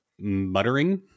muttering